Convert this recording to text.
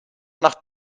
nach